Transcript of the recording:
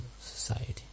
society